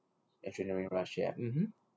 adrenaline rush ya mmhmm